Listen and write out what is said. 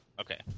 Okay